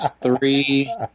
three